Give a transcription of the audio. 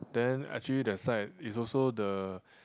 then actually that side is also the